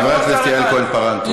חברת הכנסת יעל כהן-פארן, תודה.